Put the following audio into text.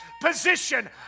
position